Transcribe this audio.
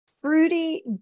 fruity